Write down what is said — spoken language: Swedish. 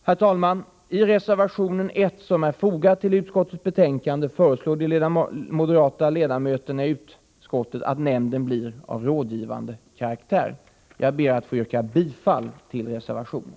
Herr talman! I reservation 1, som är fogad till utskottets betänkande, föreslår de moderata ledamöterna i utskottet att nämnden blir av rådgivande karaktär. Jag ber att få yrka bifall till den reservationen.